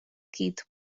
keith